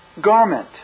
garment